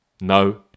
No